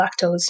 lactose